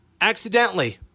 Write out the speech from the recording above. accidentally